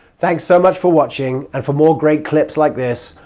thanks so much for watching and for more great clips like this,